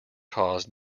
caused